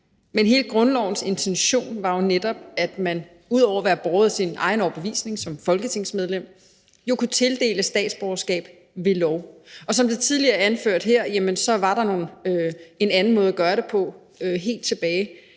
Men hele grundlovens intention var jo netop, at man ud over at være båret af sin egen overbevisning som folketingsmedlem jo kunne tildele statsborgerskab ved lov, og som det tidligere er anført her, var der en anden måde at gøre det på helt tilbage